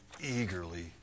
eagerly